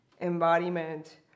embodiment